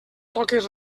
toques